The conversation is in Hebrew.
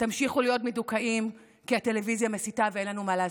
תמשיכו להיות מדוכאים כי הטלוויזיה מסיתה ואין לנו מה לעשות.